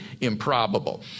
improbable